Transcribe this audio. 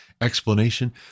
explanation